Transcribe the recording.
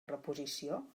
reposició